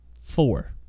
four